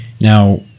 now